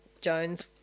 Jones